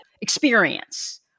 experience